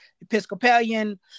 Episcopalian